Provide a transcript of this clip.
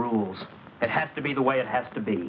rules it has to be the way it has to be